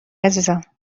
عزیزم